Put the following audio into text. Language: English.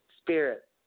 spirit